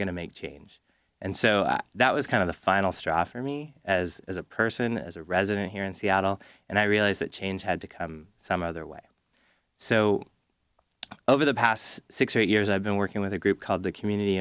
going to make change and so i that was kind of the final straw for me as a person as a resident here in seattle and i realized that change had to come some other way so over the past six or eight years i've been working with a group called the community